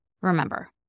Remember